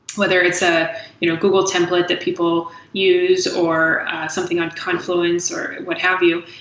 whether it's a you know google template that people use or something on confluence or what have you.